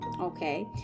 okay